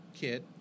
kid